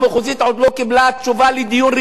ועוד לא קיבלה תשובה לדיון ראשוני.